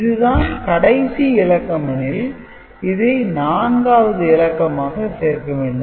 இதுதான் கடைசி இலக்கமெனில் இதை 4 வது இலக்கமாக சேர்க்க வேண்டும்